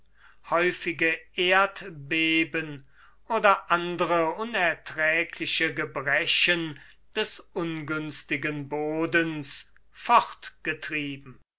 häusige erdbeben oder andre unerträgliche gebrechen des ungünstigen bodens